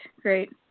great